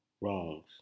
wrongs